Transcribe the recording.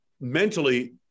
mentally